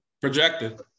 Projected